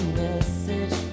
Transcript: message